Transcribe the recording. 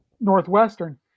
Northwestern